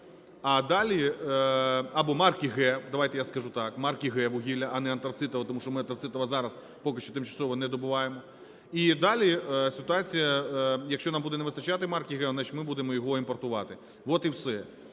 А далі, або давайте, я скажу так, марки "Г" вугілля, а не антрацитове, тому що ми антрацитове зараз поки що тимчасово не добуваємо. І далі ситуація, якщо нам не буде вистачати марки "Г", значить, ми будемо його імпортувати, от і все.